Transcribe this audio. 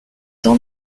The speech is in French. dans